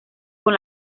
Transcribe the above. con